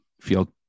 feel